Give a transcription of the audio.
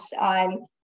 on